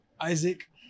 Isaac